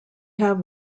have